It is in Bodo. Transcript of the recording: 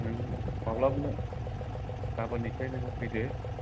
नों माब्लाबनो गाबोननिफ्राय नोङो फैदो